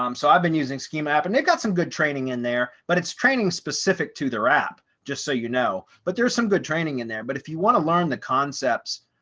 um so i've been using scheme app, and it got some good training in there, but it's training specific to their app, just so you know, but there's some good training in there. but if you want to learn the concepts,